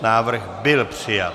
Návrh byl přijat.